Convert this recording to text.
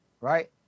right